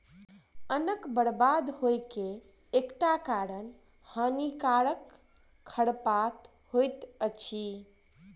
अन्नक बर्बाद होइ के एकटा कारण हानिकारक खरपात होइत अछि